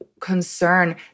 concern